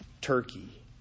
Turkey